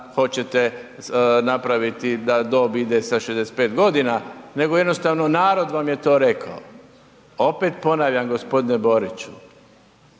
hoćete napraviti da dob ide sa 65 g. nego jednostavno narod vam je to rekao. Opet ponavljam g. Boriću,